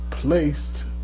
Placed